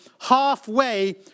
halfway